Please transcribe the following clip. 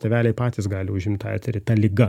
tėveliai patys gali užimti eterį ta liga